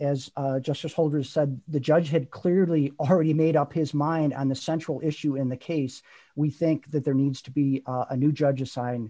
as justice holder said the judge had clearly already made up his mind on the central issue in the case we think that there needs to be a new judge a sign